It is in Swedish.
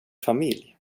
familj